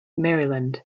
maryland